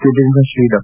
ಸಿದ್ದಗಂಗಾ ಶ್ರೀ ಡಾ